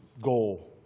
goal